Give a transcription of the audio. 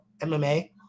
MMA